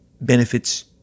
benefits